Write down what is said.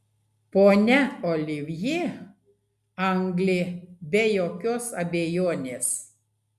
ponia olivjė anglė be jokios abejonės